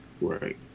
Right